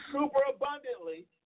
superabundantly